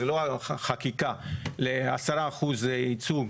זה לא חקיקה, ל-10% ייצוג